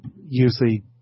usually